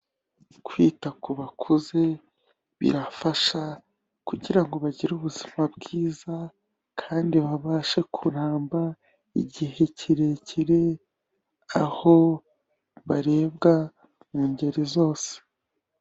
Kwita ku bakuze birafasha kugira ngo bagire ubuzima bwiza, kandi babashe kuramba igihe kirekire, aho barebwa mu ngeri zose.